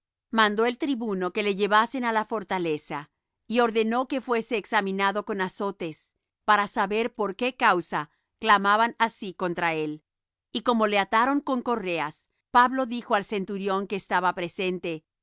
mandó el tribuno que le llevasen á la fortaleza y ordenó que fuese examinado con azotes para saber por qué causa clamaban así contra él y como le ataron con correas pablo dijo al centurión que estaba presente os